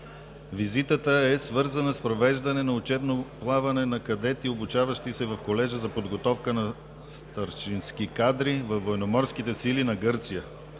Визитата е свързана с провеждане на учебно плаване на кадети и обучаващи се в Колежа за подготовка на старшински кадри във Военноморските сили на Гърция.